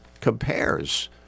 compares